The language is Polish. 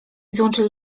złączyli